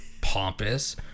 pompous